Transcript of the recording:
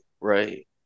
right